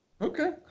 Okay